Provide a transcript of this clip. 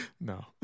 No